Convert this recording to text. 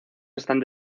están